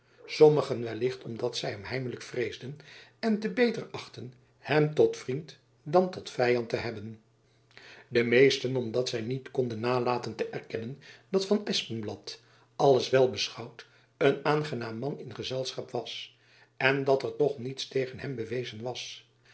sommigen wellicht omdat zy hem heimelijk vreesden en t beter achtten hem tot vriend dan tot vyand te hebben de meesten omdat zy niet konden nalaten te erkennen dat van espenblad alles wel beschouwd een aangenaam man in gezelschap was en dat er toch niets tegen hem bewezen was